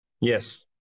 Yes